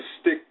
stick